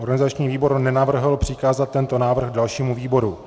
Organizační výbor nenavrhl přikázat tento návrh dalšímu výboru.